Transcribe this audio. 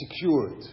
secured